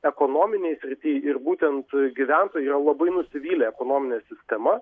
ekonominėj srity ir būtent gyventojai yra labai nusivylę ekonomine sistema